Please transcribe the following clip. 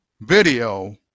video